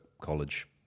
college